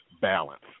balance